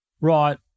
Right